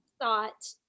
thought